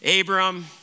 Abram